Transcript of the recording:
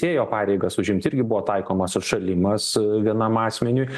ėjo pareigas užimt irgi buvo taikomas atšalimas vienam asmeniui